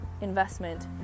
investment